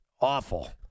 Awful